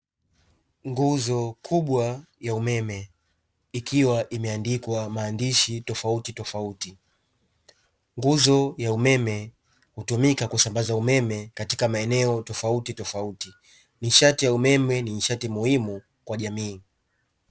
Nguzo kubwa ya umeme ikiwa imeandikwa maandishi tofauti tofauti. Nguzo ya umeme hutumika kusambaza umeme katika maeneo tofauti tofauti. Nishati ya umeme ni nishati muhimu kwa jamii.